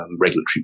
regulatory